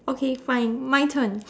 okay fine my turn